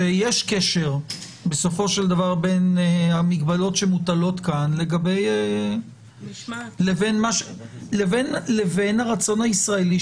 שיש קשר בסופו של דבר בין המגבלות שמוטלות כאן לבין הרצון הישראלי,